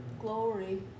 Glory